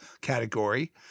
category